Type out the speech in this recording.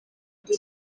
muri